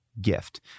gift